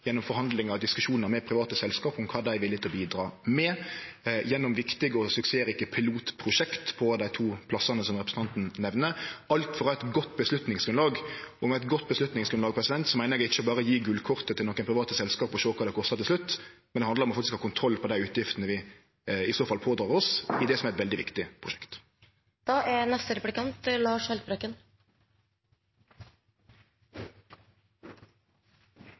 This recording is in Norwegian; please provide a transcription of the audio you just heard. gjennom forhandlingar og diskusjonar med private selskap om kva dei er villige til å bidra med, gjennom viktige og suksessrike pilotprosjekt på dei to plassane som representanten nemnde – alt for å få eit godt avgjerdsgrunnlag. Med eit godt avgjerdsgrunnlag meiner eg ikkje berre å gje gullkortet til nokre private selskap og sjå på kva det kostar til slutt, det handlar om å få kontroll på dei utgiftene vi i så fall pådreg oss i det som er eit veldig viktig